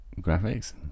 graphics